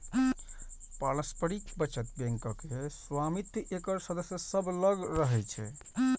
पारस्परिक बचत बैंकक स्वामित्व एकर सदस्य सभ लग रहै छै